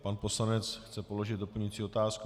Pan poslanec chce položit doplňující otázku.